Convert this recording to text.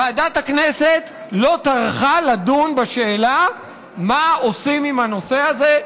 וועדת הכנסת לא טרחה לדון בשאלה מה עושים עם הנושא הזה,